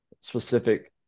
specific